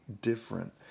different